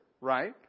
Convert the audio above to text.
right